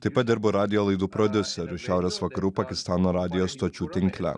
taip pat dirbu radijo laidų prodiuseriu šiaurės vakarų pakistano radijo stočių tinkle